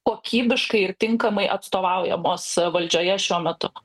kokybiškai ir tinkamai atstovaujamos valdžioje šiuo metu